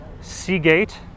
Seagate